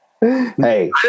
Hey